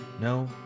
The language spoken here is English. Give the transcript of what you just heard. No